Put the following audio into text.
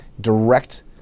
direct